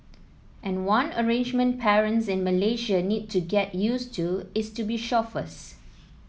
and one arrangement parents in Malaysia need to get used to is to be chauffeurs